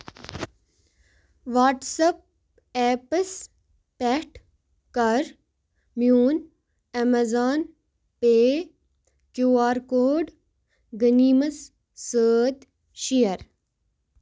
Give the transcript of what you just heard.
what's up apps پٮ۪ٹھ کَر میون Amazon Pay Q R code غٔنیٖمس سۭتی شیر